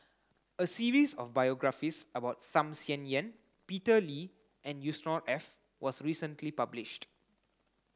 a series of biographies about Tham Sien Yen Peter Lee and Yusnor Ef was recently published